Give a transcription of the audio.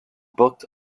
booked